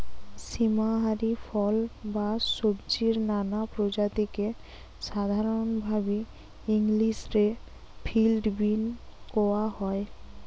সীম হারি ফল বা সব্জির নানা প্রজাতিকে সাধরণভাবি ইংলিশ রে ফিল্ড বীন কওয়া হয়